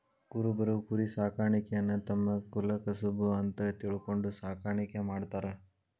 ಕುರಬರು ಕುರಿಸಾಕಾಣಿಕೆಯನ್ನ ತಮ್ಮ ಕುಲಕಸಬು ಅಂತ ತಿಳ್ಕೊಂಡು ಸಾಕಾಣಿಕೆ ಮಾಡ್ತಾರ